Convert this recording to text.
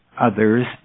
others